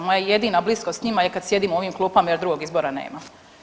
Moja jedina bliskost s njima je kad sjedimo u ovim klupama jer drugog izbora nema.